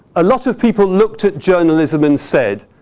a lot of people looked at journalism and said,